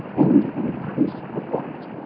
and increase the fight.